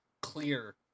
clear